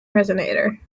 resonator